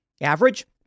Average